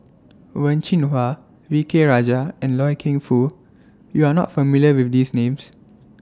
Wen Jinhua V K Rajah and Loy Keng Foo YOU Are not familiar with These Names